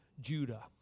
Judah